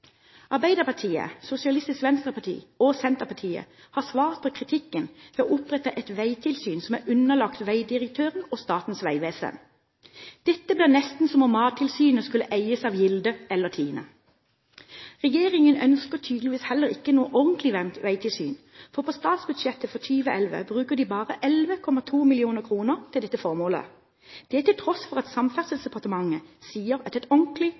Arbeiderpartiet, Sosialistisk Venstreparti og Senterpartiet har svart på kritikken ved å opprette et veitilsyn, underlagt veidirektøren og Statens vegvesen. Dette blir nesten som om Mattilsynet skulle eies av Gilde eller Tine. Regjeringen ønsker tydeligvis heller ikke noe ordentlig veitilsyn, for på statsbudsjettet for 2011 bruker de bare 11,2 mill. kr til dette formålet – til tross for at Samferdselsdepartementet sier at et ordentlig